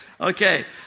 Okay